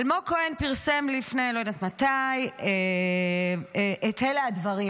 אלמוג כהן פרסם לפני לא יודעת מתי את אלה הדברים.